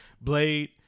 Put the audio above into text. Blade